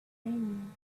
bring